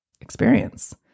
experience